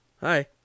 Hi